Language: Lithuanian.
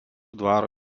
dvaro